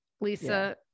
Lisa